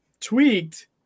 tweaked